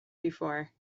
before